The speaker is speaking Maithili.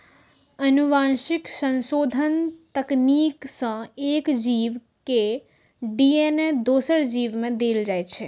आनुवंशिक संशोधन तकनीक सं एक जीव के डी.एन.ए दोसर जीव मे देल जाइ छै